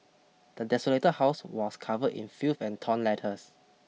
the desolated house was covered in filth and torn letters